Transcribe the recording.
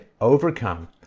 overcome